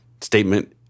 statement